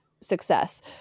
success